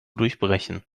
durchbrechen